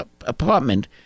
apartment